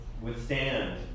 withstand